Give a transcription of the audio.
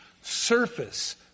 surface